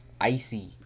Icy